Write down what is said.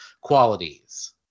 qualities